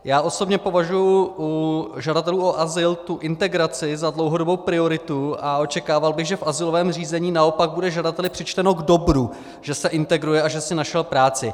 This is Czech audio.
Já osobně považuji u žadatelů o azyl tu integraci za dlouhodobou prioritu a očekával bych, že v azylovém řízení naopak bude žadateli přičteno k dobru, že se integruje a že si našel práci.